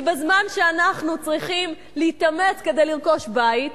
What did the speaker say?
כי בזמן שאנחנו צריכים להתאמץ כדי לרכוש בית